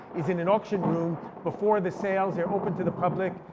is in an auction room before the sales, they're open to the public,